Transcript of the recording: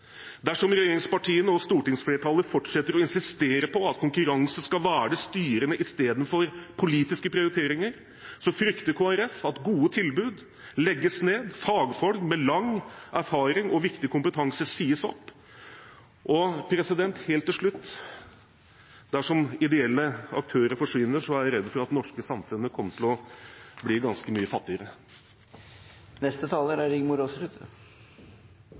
Dersom regjeringspartiene og stortingsflertallet fortsetter å insistere på at konkurranse skal være det styrende istedenfor politiske prioriteringer, frykter Kristelig Folkeparti at gode tilbud legges ned, at fagfolk med lang erfaring og viktig kompetanse sies opp. Helt til slutt: Dersom ideelle aktører forsvinner, er jeg redd for at det norske samfunnet kommer til å bli ganske mye fattigere.